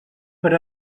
per